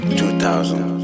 2000